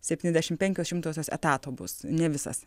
septyniasdešim penkios šimtosios etato bus ne visas